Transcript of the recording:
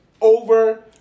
over